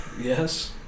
Yes